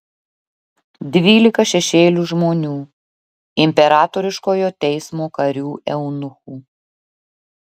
dvylika šešėlių žmonių imperatoriškojo teismo karių eunuchų